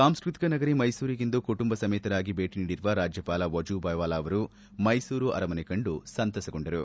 ಸಾಂಸ್ಟತಿಕ ನಗರಿ ಮೈಸೂರಿಗಿಂದು ಕುಟುಂಬ ಸಮೇತರಾಗಿ ಭೇಟಿ ನೀಡಿರುವ ರಾಜ್ಯಪಾಲ ವಜೂಬಾಯಿ ವಾಲಾ ಅವರು ಮೈಸೂರು ಅರಮನೆ ಕಂಡು ಸಂತಸಗೊಂಡರು